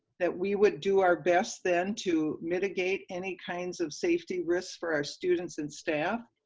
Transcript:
that we would do our best then to mitigate any kinds of safety risks for our students and staff.